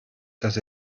dass